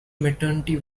maternity